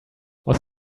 was